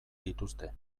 dituzte